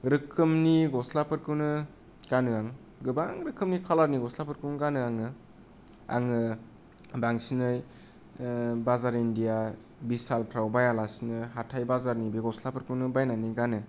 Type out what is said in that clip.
रोखोमनि गस्लाफोरखौनो गानो आं गोबां रोखोमनि खालारनि गस्लाफोरखौनो गानो आङो बांसिनै बाजार इण्डिया विशालाव बाया लासेनो हाथाय बाजारनि गस्लाखौनो बायनानै गानो